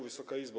Wysoka Izbo!